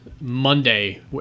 monday